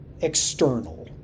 external